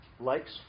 likes